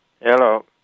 Hello